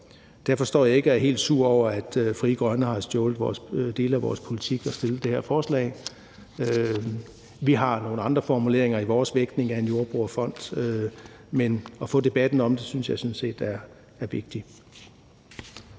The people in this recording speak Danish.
derfor står jeg ikke og er helt sur over, at Frie Grønne har stjålet dele af vores politik og fremsat det her forslag. Vi har nogle andre formuleringer i vores vægtning af en jordbrugerfond, men at få debatten om det synes jeg sådan set er vigtigt.